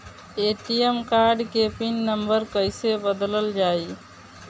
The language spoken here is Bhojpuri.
ए.टी.एम कार्ड के पिन नम्बर कईसे बदलल जाई?